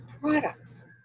products